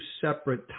separate